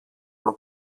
τον